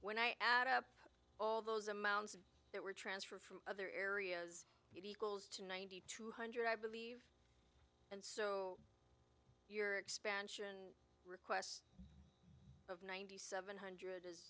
when i add up all those amounts that were transferred from other areas it equals to ninety two hundred i believe and so you're expansion requests of ninety seven hundred